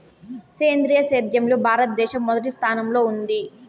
సేంద్రీయ సేద్యంలో భారతదేశం మొదటి స్థానంలో ఉంది